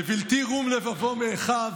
"לבלתי רום לבבו מאחיו